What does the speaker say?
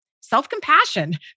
self-compassion